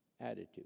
attitude